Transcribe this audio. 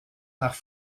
nach